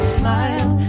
smile